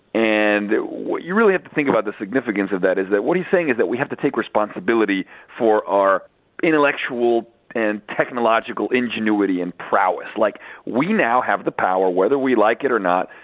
and you really have to think about the significance of that, is that what he's saying is that we have to take responsibility for our intellectual and technological ingenuity and prowess, like we now have the power, whether we like it or not,